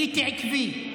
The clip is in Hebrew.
הייתי עקבי.